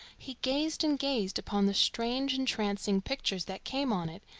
he gazed and gazed upon the strange entrancing pictures that came on it,